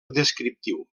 descriptiu